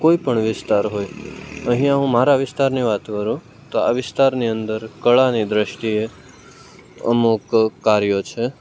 કોઈપણ વિસ્તાર હોય અહીંયા હું મારા વિસ્તારની વાત કરું તો આ વિસ્તારની અંદર કળાની દૃષ્ટિએ અમુક કાર્યો છે